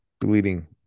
bleeding